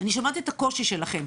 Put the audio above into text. אני שומעת את הקושי שלכם,